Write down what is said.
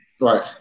Right